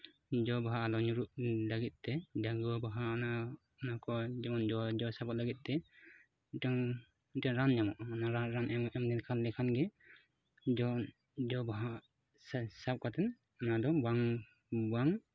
ᱡᱚᱼᱵᱟᱦᱟ ᱟᱫᱚ ᱧᱩᱨᱦᱩᱜ ᱞᱟᱹᱜᱤᱫ ᱛᱮ ᱰᱟᱝᱜᱩᱣᱟᱹ ᱵᱟᱦᱟ ᱚᱱᱟ ᱠᱚ ᱡᱮᱢᱚᱱ ᱡᱚ ᱡᱚ ᱥᱟᱵᱚᱜ ᱞᱟᱹᱜᱤᱫ ᱛᱮ ᱢᱤᱫᱴᱟᱱ ᱢᱤᱫᱴᱟᱱ ᱨᱟᱱ ᱧᱟᱢᱚᱜᱼᱟ ᱚᱱᱟ ᱨᱟᱱ ᱨᱟᱱ ᱮᱢ ᱞᱮᱠᱷᱟᱱ ᱜᱮ ᱞᱮᱠᱷᱟᱱᱜᱮ ᱡᱚ ᱡᱚᱼᱵᱟᱦᱟ ᱥᱟᱵ ᱠᱟᱛᱮᱫ ᱱᱚᱣᱟᱫᱚ ᱵᱟᱝ ᱵᱟᱝ